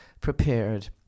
prepared